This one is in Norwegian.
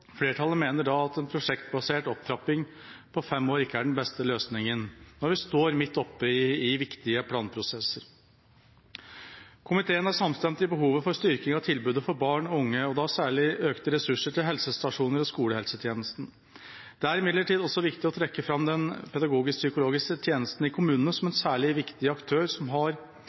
Flertallet mener da at en prosjektbasert opptrapping på fem år ikke er den beste løsningen nå, når vi står midt oppe i viktige planprosesser. Komiteen er samstemt i behovet for styrking av tilbudet for barn og unge – og da særlig økte ressurser til helsestasjoner og skolehelsetjenesten. Det er imidlertid også viktig å trekke fram den pedagogisk-psykologiske tjenesten i kommunene som en særlig viktig aktør som har